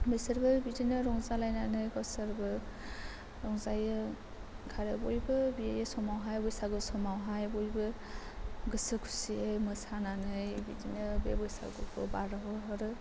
बिसोरबो बिदिनो रंजालायनानै गावसोरबो रंजायो ओंखारो बयबो बे समावहाय बैसागु समावहाय बयबो गोसो खुसियै मोसानानै बिदिनो बैसागुखौ बारहोह'रो